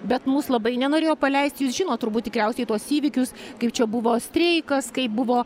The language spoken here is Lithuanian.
bet mus labai nenorėjo paleist jūs žinot turbūt tikriausiai tuos įvykius kaip čia buvo streikas kai buvo